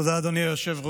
תודה, אדוני היושב-ראש.